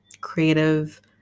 creative